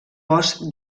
bosc